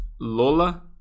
Lola